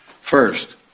First